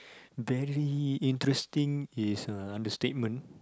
very interesting is a understatement